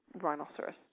Rhinoceros